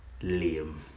Liam